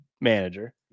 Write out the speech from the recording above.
manager